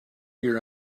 your